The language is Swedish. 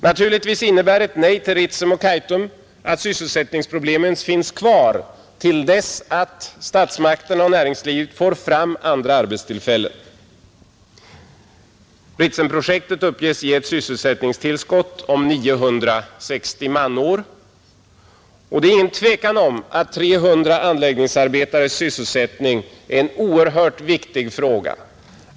Naturligtvis innebär ett nej till Ritsem och Kaitum att sysselsättningsproblemen finns kvar till dess att statsmakterna och näringslivet får fram andra arbetstillfällen. Ritsemprojektet uppges ge ett sysselsättningstillskott på 960 manår, och det råder ingen tvekan om att 300 anläggningsarbetares sysselsättning är en oerhört viktig fråga.